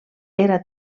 era